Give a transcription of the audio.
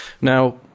Now